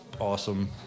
awesome